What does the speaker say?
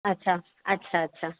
अच्छा अच्छा अच्छा